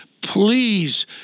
please